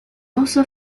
also